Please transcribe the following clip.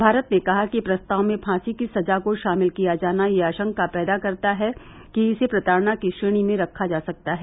भारत ने कहा कि प्रस्ताव में फांसी की सजा को शामिल किया जाना यह आशंका पैदा करता है कि इसे प्रताड़ना की श्रेणी में रखा जा सकता है